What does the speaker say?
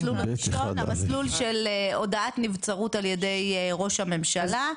מסלול של הודעת נצברות על ידי ראש הממשלה,